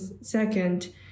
second